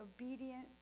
obedient